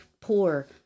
poor